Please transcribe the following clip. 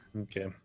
Okay